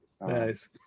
nice